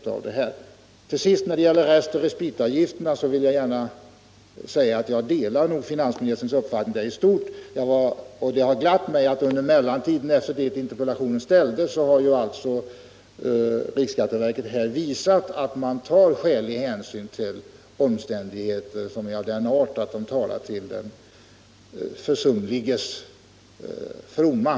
Till sist vill jag, när det gäller restoch respitavgifterna gärna säga att jag delar herr finansministerns uppfattning i stort. Det har glatt mig att riksskatteverket, sedan interpellationen ställdes, har visat att man tar skälig hänsyn till omständigheter som talar till den försumliges fromma.